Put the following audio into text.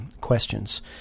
questions